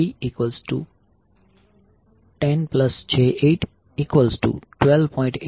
66° અને IpIa6